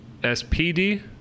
SPD